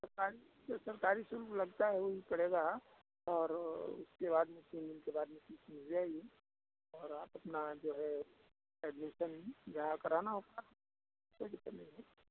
सरकारी जो सरकारी शुल्क लगता है वही पड़ेगा और उसके बाद में तीन दिन के बाद में टी सी मिल जाएगी और आप अपना जो है एडमीसन जहाँ कराना हो कोई दिक्कत नहीं है